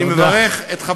אני מברך את,